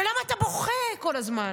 ולמה אתה בוכה כל הזמן?